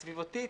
הסביבתית,